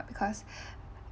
because